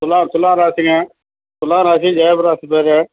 துலாம் துலாம் ராசிங்க துலாம் ராசி ஜெயப்ரகாஷ்ன்னு பேர்